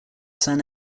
san